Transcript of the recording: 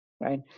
right